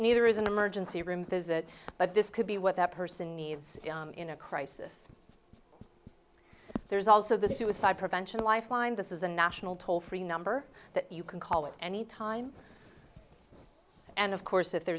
neither is an emergency room visit but this could be what that person needs in a crisis there's also the suicide prevention lifeline this is a national toll free number that you can call it anytime and of course if